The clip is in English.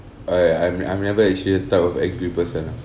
I I'm I'm never actually a type of angry person lah